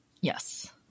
yes